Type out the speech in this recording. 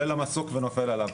עולה למסוק ונופל עליו.